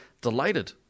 delighted